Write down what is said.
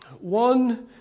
One